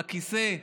הכיסא,